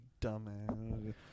dumbass